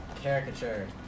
caricature